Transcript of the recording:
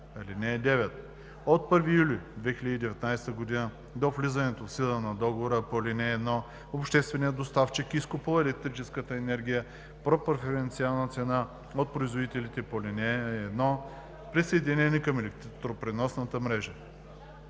(9) От 1 юли 2019 г. до влизането в сила на договора по ал. 1 общественият доставчик изкупува електрическа енергия по преференциални цени от производителите по ал. 1, присъединени към електропреносната мрежа.